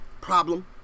problem